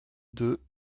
deux